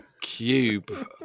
cube